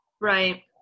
right